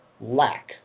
lack